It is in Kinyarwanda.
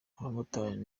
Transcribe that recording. abamotari